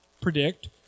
predict